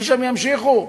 משם ימשיכו.